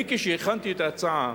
אני, כשהכנתי את ההצעה,